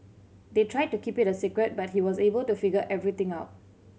they tried to keep it a secret but he was able to figure everything out